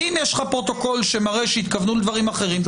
אם יש לך פרוטוקול שמראה שהתכוונו לדברים אחרים,